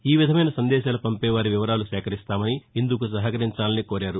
ఈ విధమైన సందేశాలు పంపేవారి వివరాలు సేకరిస్తామని ఇందుకు సహకరించాలని కోరారు